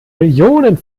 millionen